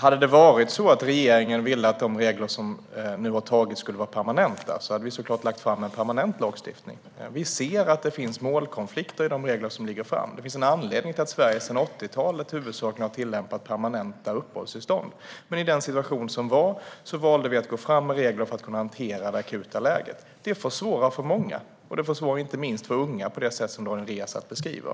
det hade varit så att regeringen ville att de regler som nu har antagits skulle vara permanenta hade vi såklart lagt fram förslag om en permanent lagstiftning. Vi ser att det finns målkonflikter i de regler som nu gäller. Det finns en anledning till att Sverige sedan 80-talet huvudsakligen har tillämpat permanenta uppehållstillstånd. I den situation som rådde valde vi dock att gå fram med regler för att kunna hantera det akuta läget. Det försvårar för många, inte minst för unga, på det sätt Daniel Riazat beskriver.